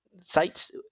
sites